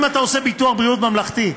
אם אתה עושה ביטוח בריאות ממלכתי,